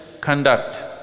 conduct